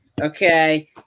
Okay